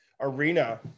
arena